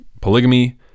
polygamy